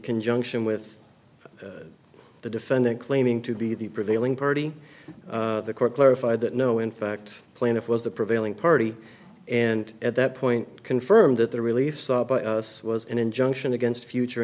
conjunction with the defendant claiming to be the prevailing party the court clarified that no in fact plaintiff was the prevailing party and at that point confirmed that the relief sought by us was an injunction against future